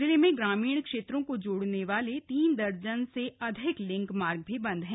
जिले में ग्रामीण क्षेत्रों को जोड़ने वाले तीन दर्जन से अधिक लिंक मार्ग भी बंद हैं